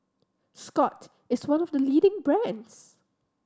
Scott's is one of the leading brands